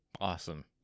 Awesome